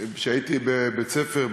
כשהייתי בבית-ספר,